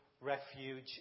refuge